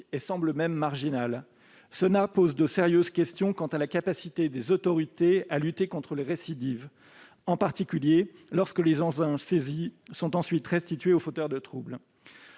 et semble même marginale. Cela pose de sérieuses questions quant à la capacité des autorités à lutter contre les récidives, en particulier lorsque les engins saisis sont ensuite restitués aux fauteurs de troubles.